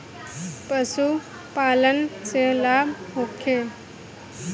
पशु पालन से लाभ होखे?